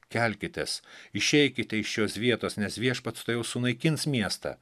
kelkitės išeikite iš šios vietos nes viešpats tuojau sunaikins miestą